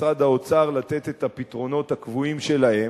ממשרד האוצר לתת את הפתרונות הקבועים שלהם,